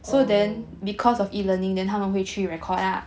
oh